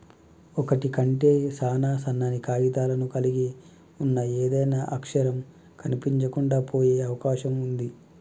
ఒకటి కంటే సాన సన్నని కాగితాలను కలిగి ఉన్న ఏదైనా అక్షరం కనిపించకుండా పోయే అవకాశం ఉంది